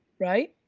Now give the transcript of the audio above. right?